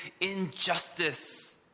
injustice